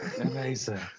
Amazing